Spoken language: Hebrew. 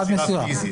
לחזקת מסירה פיזית.